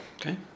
okay